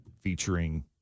featuring